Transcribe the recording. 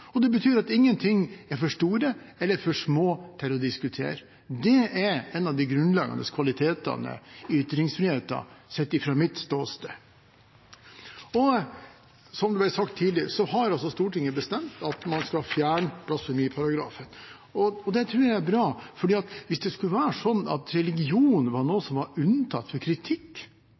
Det betyr at ingenting er for stort eller smått til å diskuteres. Det er en av de grunnleggende kvalitetene i ytringsfriheten, sett fra mitt ståsted. Som det ble sagt tidligere, har Stortinget bestemt at man skal fjerne blasfemiparagrafen. Det tror jeg er bra, for hvis det skulle være sånn at religion var noe